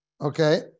Okay